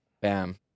Bam